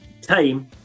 time